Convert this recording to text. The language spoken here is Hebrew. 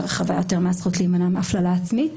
רחבה יותר מהזכות להימנע מהפללה עצמית.